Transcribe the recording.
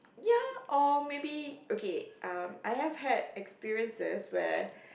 ya or maybe okay um I have had experiences where